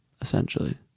essentially